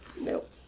Nope